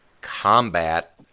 combat